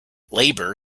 labour